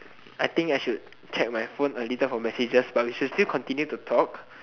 I think I should check my phone a little for messages but we should still continue to talk